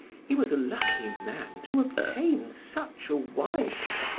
he was a lucky man to obtain such a wife.